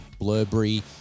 Blurberry